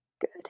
good